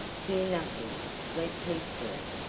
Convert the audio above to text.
fear nothing, sleep peacefully,